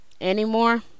anymore